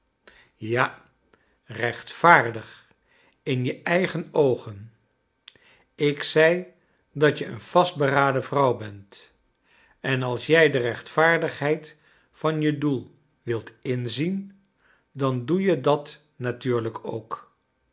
ja rechtvaardig in je eigen oogenl ik zei dat je een vastberacden vrouw bent en als jij de rechtvaardigheid van je doel wilt inzien dan doe je dat natuurlijk ook